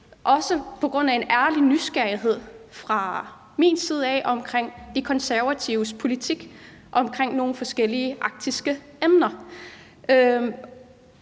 også på grund af en ærlig nysgerrighed fra min side af omkring De Konservatives politik omkring nogle forskellige arktiske emner.